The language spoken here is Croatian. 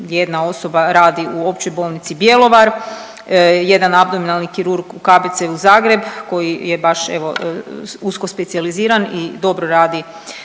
jedna osoba radi u Općoj bolnici Bjelovar, jedan abdominalni kirurg u KBC-u Zagreb koji je, baš evo, usko specijaliziran i dobro radi